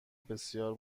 بسیار